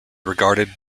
regarded